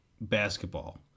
basketball